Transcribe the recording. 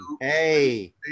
hey